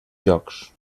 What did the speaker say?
jocs